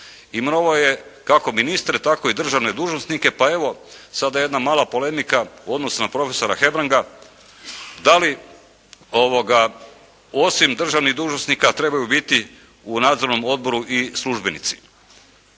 Imenovao je kako ministre, tako i državne dužnosnike, pa evo sada jedna mala polemika u odnosu na prof. Hebranga, da li osim državnih dužnosnika trebaju biti u nadzornom odboru i službenici?